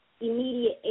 immediate